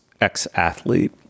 ex-athlete